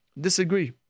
disagree